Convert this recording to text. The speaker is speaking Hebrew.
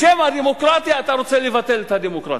בשם הדמוקרטיה אתה רוצה לבטל את הדמוקרטיה.